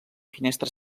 finestra